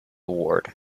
ward